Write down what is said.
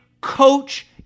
coach